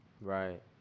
Right